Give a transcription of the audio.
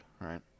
right